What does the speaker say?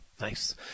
Nice